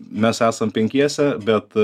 mes esam penkiese bet